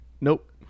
Nope